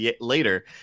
later